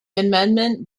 amendment